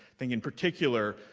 think, in particular,